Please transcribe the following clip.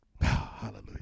Hallelujah